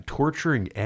torturing